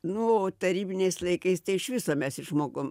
nu tarybiniais laikais tai iš viso mes išmokom